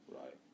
Right